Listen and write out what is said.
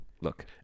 look